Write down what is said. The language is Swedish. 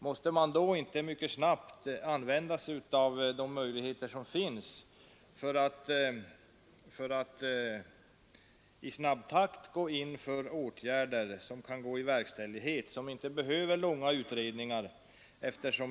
Måste man då inte utnyttja de möjligheter som finns att utan tidskrävande utredningar snabbt få en förbättring till stånd.